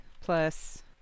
plus